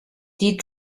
die